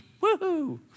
Woo-hoo